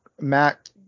Matt